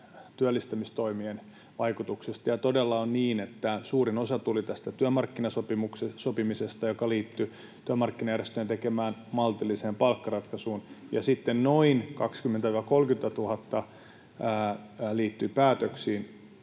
työllistämistoimien vaikutuksesta, ja todella on niin, että suurin osa tuli tästä työmarkkinasopimisesta, joka liittyi työmarkkinajärjestöjen tekemään maltilliseen palkkaratkaisuun, ja sitten noin 20 000—30 000 liittyy päätöksiin,